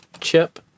chip